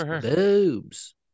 boobs